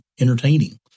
entertaining